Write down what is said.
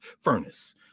furnace